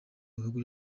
bihugu